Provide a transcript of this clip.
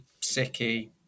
sicky